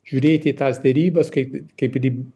žiūrėti į tas derybas kaip kaip ir į